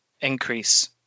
increase